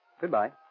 Goodbye